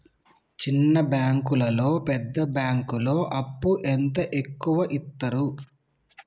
చిన్న బ్యాంకులలో పెద్ద బ్యాంకులో అప్పు ఎంత ఎక్కువ యిత్తరు?